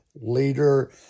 leader